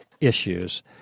issues